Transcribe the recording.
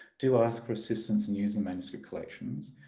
do ask for assistance in using manuscript collections.